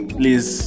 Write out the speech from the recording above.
please